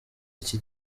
iki